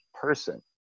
person